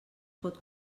pot